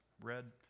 red